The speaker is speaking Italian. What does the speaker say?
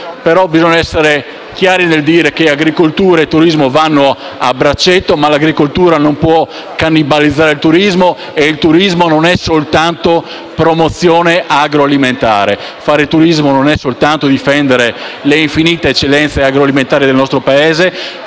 però essere chiari nel dire che agricoltura e turismo vanno a braccetto, che l'agricoltura non può cannibalizzare il turismo, perché quest'ultimo non è soltanto promozione agroalimentare. Fare turismo non è soltanto difendere le infinite eccellenze agroalimentari del nostro Paese.